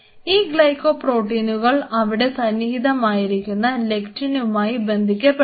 ഈ ഗ്ലൈക്കോ പ്രോട്ടീനുകൾ അവിടെ സന്നിഹിതമായിരിക്കുന്ന ലെക്റ്റിനുമായി ബന്ധിക്കപ്പെടുന്നു